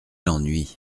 ennui